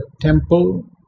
temple